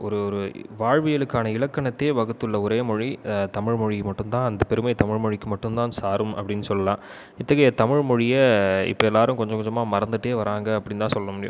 ஒரு ஒரு வாழ்வியலுக்கான இலக்கணத்தயே வகுத்துள்ள ஒரே மொழி தமிழ்மொழி மட்டும் தான் அந்த பெருமை தமிழ்மொழிக்கு மட்டும் தான் சாரும் அப்படின்னு சொல்லாம் இத்தகைய தமிழ்மொழியை இப்போ எல்லாரும் கொஞ்ச கொஞ்சமாக மறந்துகிட்டே வராங்கள் அப்படினு தான் சொல்ல முடியும்